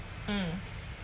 mm